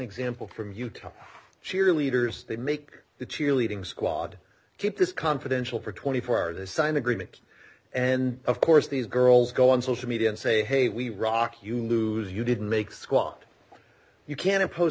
example from utah cheerleaders they make the cheerleading squad keep this confidential for twenty four hour they sign agreement and of course these girls go on social media and say hey we rock you lose you didn't make squat you can impose